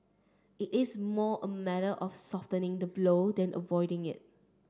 it is more a matter of softening the blow than avoiding it